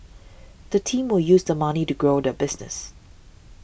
the team will use the money to grow the business